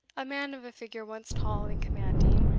a man, of a figure once tall and commanding,